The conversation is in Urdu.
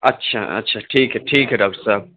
اچھا اچھا ٹھیک ہے ٹھیک ہے ڈاکٹر صاحب